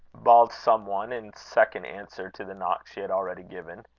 bawled some one, in second answer to the knock she had already given.